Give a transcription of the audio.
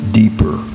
deeper